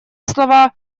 слова